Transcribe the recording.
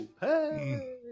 hey